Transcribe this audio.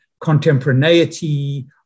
contemporaneity